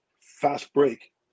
fast-break